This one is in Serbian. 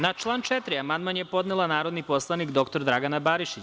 Na član 4. amandman je podnela narodni poslanik dr Dragana Barišić.